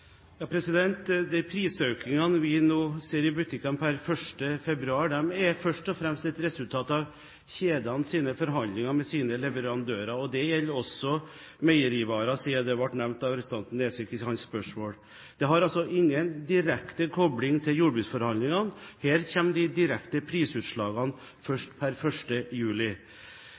De prisøkningene vi nå ser i butikkene per 1. februar, er først og fremst et resultat av kjedenes forhandlinger med sine leverandører, og det gjelder også meierivarer, siden det ble nevnt av representanten Nesvik i hans spørsmål. Det er altså ingen direkte kobling til jordbruksforhandlingene. Her kommer de direkte prisutslagene først per 1. juli.